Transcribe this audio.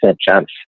chance